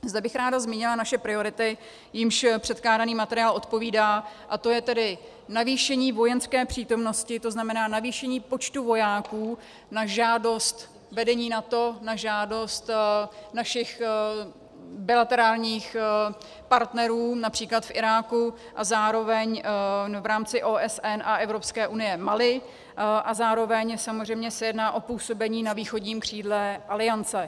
Zde bych ráda zmínila naše priority, jimž předkládaný materiál odpovídá, a to je tedy navýšení vojenské přítomnosti, tzn. navýšení počtu vojáků na žádost vedení NATO, na žádost našich bilaterálních partnerů např. v Iráku a zároveň v rámci OSN a Evropské unie v Mali a zároveň samozřejmě se jedná o působení na východním křídle Aliance.